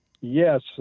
Yes